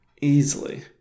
Easily